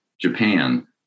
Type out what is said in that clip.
Japan